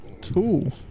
Two